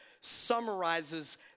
summarizes